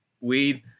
weed